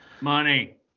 Money